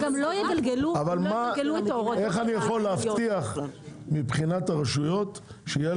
אבל איך אני יכול להבטיח מבחינת הרשויות שיהיה